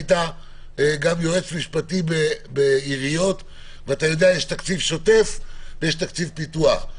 היית יועץ משפטי בעיריות ואתה יודע שיש תקציב שוטף ויש תקציב פיתוח.